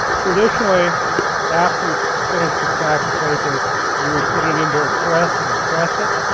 traditionally after you finished the stack of paper you would put it into a press and press it.